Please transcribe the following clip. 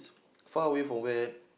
far away from where